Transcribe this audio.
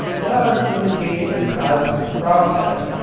not on imitating the cosmic process,